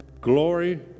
glory